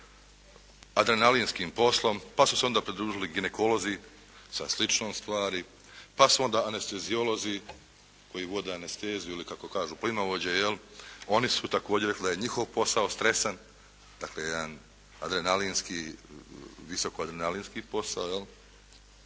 adrenalinskim poslom, pa su se onda pridružili ginekolozi sa sličnom stvari, pa su onda anesteziolozi koji vode anesteziju ili kako kažu plinovođe, oni su također rekli da je njihov posao stresan, dakle jedan adrenalinski, visoko adrenalinski posao